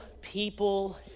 people